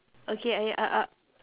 okay I uh uh